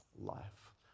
life